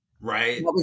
Right